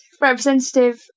representative